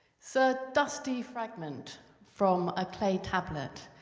so dusty fragment from a clay tablet.